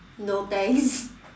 no thanks